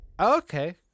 Okay